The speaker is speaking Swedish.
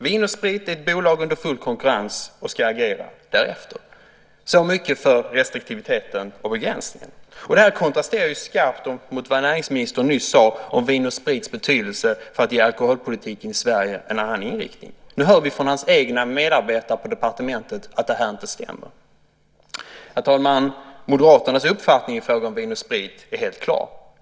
Vin & Sprit är ett bolag under full konkurrens och ska agera därefter." Så mycket var det med restriktiviteten och begränsningen. Detta kontrasterar ju skarpt mot det som näringsministern nyss sade om Vin & Sprits betydelse för att ge alkoholpolitiken i Sverige en annan inriktning. Nu hör vi från hans egna medarbetare på departementet att detta inte stämmer. Herr talman! Moderaternas uppfattning i fråga om Vin & Sprit är helt klar.